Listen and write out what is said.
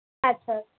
আচ্ছা